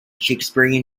shakespearean